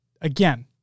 again